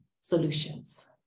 solutions